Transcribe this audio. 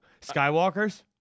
Skywalkers